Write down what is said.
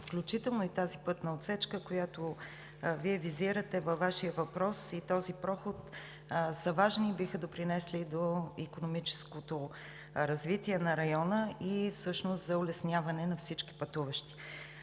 включително и тази пътна отсечка, която Вие визирате във Вашия въпрос, и този проход, са важни и биха допринесли за икономическото развитие на района и всъщност за улесняване на всички пътуващи.